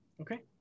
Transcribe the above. okay